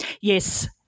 Yes